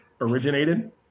originated